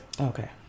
Okay